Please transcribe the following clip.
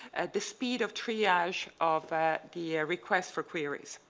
the speed of triage of the request for queries.